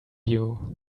you